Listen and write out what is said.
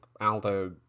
Aldo